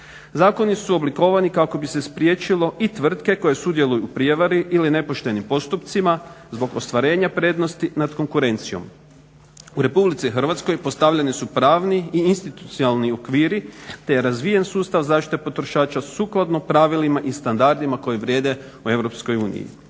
Zakoni su oblikovani kako bi se spriječilo i tvrtke koje sudjeluju u prevari ili nepoštenim postupcima zbog ostvarenja prednosti nad konkurencijom. U RH postavljeni su pravni i institucionalni okviri te je razvijen sustav zaštite potrošača sukladno pravilima i standardima koji vrijede u EU.